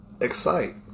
excite